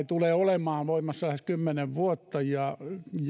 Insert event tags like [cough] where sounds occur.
[unintelligible] tulee olemaan voimassa lähes kymmenen vuotta ja